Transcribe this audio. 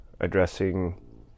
addressing